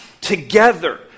together